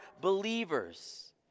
believers